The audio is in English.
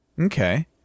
Okay